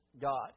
God